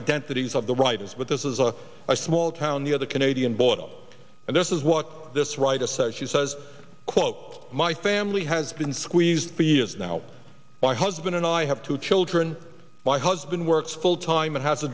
identities of the writers but this is a small town the other canadian border and this is what this writer says she says quote my family has been squeezed for years now by husband and i have two children my husband works full time and has a